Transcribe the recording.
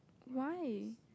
why